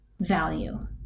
value